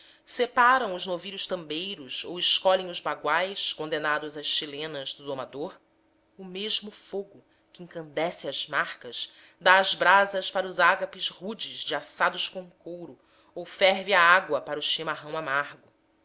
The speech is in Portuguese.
separam os novilhos tambeiros ou escolhem os baguais condenados às chilenas do domador o mesmo fogo que encandesce as marcas dá as brasas para os ágapes rudes de assados com couro ou ferve a água para o chimarrão amargo